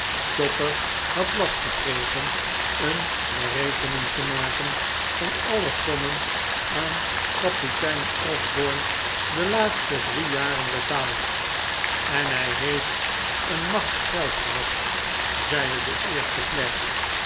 chopper had last gekregen een berekening te maken van alle sommen aan kapitein osborne de laatste drie jaren betaald en hij heeft een macht geld gehad zeide de eerste klerk